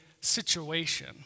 situation